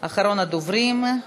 אחרון הדוברים.